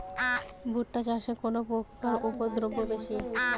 ভুট্টা চাষে কোন পোকার উপদ্রব বেশি?